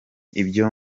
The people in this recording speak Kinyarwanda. ibyo